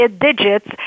digits